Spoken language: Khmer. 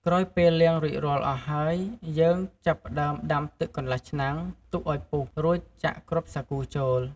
ក្រោយពេលលាងរួចរាល់អស់ហើយ យើងចាប់ផ្ដើមដាំទឹកកន្លះឆ្នាំង ទុកឱ្យពុះ រួចចាក់គ្រាប់សាគូចូល។